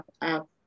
up